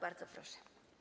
Bardzo proszę.